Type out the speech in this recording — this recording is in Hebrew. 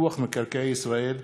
פיתוח מקרקעי ישראל,